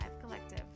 Collective